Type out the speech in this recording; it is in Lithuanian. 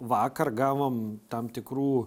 vakar gavom tam tikrų